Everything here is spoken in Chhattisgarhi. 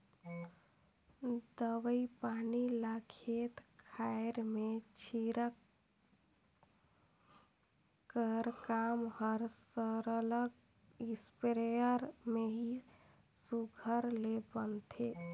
दवई पानी ल खेत खाएर में छींचई कर काम हर सरलग इस्पेयर में ही सुग्घर ले बनथे